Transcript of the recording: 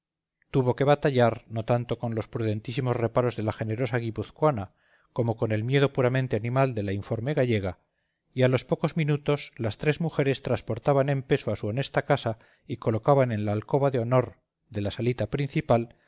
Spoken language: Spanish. tuvo que batallar no tanto con los prudentísimos reparos de la generosa guipuzcoana como con el miedo puramente animal de la informe gallega y a los pocos minutos las tres mujeres transportaban en peso a su honesta casa y colocaban en la alcoba de honor de la salita principal